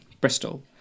Bristol